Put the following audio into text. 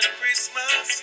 Christmas